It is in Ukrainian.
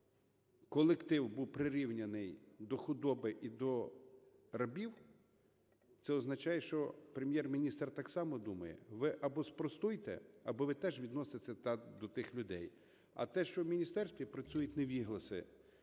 колектив був прирівняний до худоби і до рабів, це означає, що Прем'єр-міністр так само думає. Ви або спростуйте, або ви теж відноситеся до тих людей. А те, що в міністерстві працюють невігласи,